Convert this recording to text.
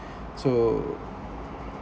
so